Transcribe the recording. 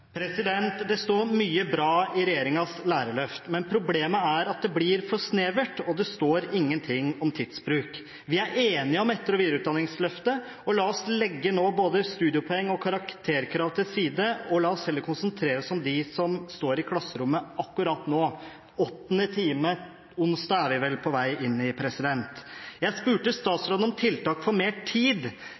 Det står mye bra i regjeringens lærerløft. Men problemet er at det blir for snevert, og det står ingen ting om tidsbruk. Vi er enige om etter- og videreutdanningsløftet, og la oss nå legge både studiepoeng og karakterkrav til side og heller konsentrere oss om dem som står i klasserommet akkurat nå – de er vel på vei inn til åttende time i dag, onsdag. Jeg spurte statsråden om tiltak for mer tid,